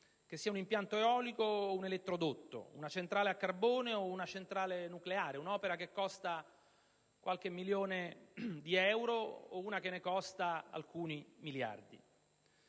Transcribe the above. che sia un impianto eolico o un elettrodotto, una centrale a carbone o una centrale nucleare, un'opera che costa qualche milione di euro o una che ne costa alcuni miliardi.